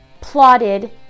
plotted